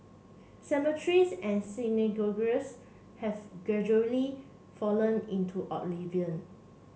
cemeteries and synagogues have gradually fallen into oblivion